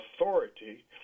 authority